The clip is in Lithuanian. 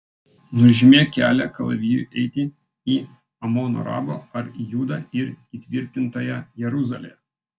nužymėk kelią kalavijui eiti į amono rabą ar į judą ir įtvirtintąją jeruzalę